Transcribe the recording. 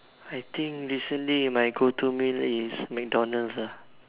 I think recently my go to meal is McDonald's lah